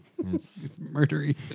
Murdery